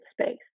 space